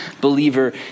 believer